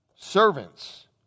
Servants